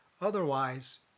Otherwise